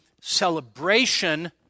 celebration